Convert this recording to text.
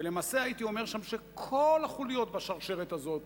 ולמעשה הייתי אומר שכל החוליות בשרשרת הזו כשלו.